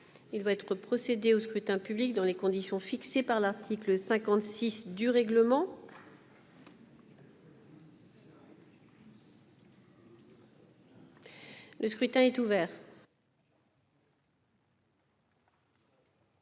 Il va être procédé au scrutin dans les conditions fixées par l'article 56 du règlement. Le scrutin est ouvert.